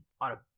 on